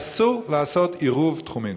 ואסור לעשות עירוב תחומים.